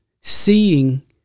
Seeing